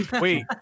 wait